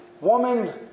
woman